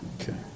Okay